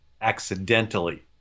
accidentally